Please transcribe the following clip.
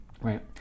Right